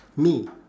me